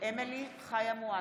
אמילי חיה מואטי,